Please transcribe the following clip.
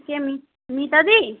কে Mita দি